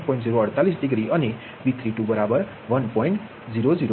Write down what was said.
048 degree અને V32 બરાબર 1